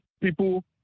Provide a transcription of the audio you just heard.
people